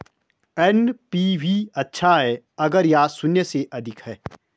NPV अच्छा है अगर यह शून्य से अधिक है